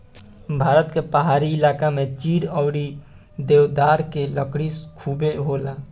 भारत के पहाड़ी इलाका में चीड़ अउरी देवदार के लकड़ी खुबे होला